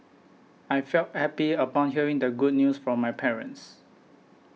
I felt happy upon hearing the good news from my parents